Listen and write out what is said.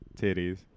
Titties